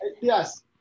Yes